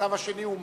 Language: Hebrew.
הצו השני הוא משלים.